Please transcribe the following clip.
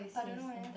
but I don't know leh